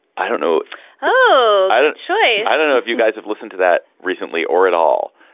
i don't know oh, i didn't say. i don't know if you guys have listened to that recently or at all.